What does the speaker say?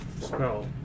Spell